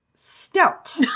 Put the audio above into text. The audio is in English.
Stout